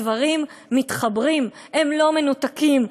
הדברים מתחברים, הם לא מנותקים.